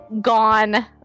gone